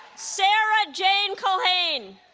sara jane culhane